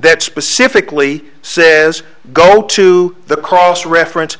that specifically says go to the cross reference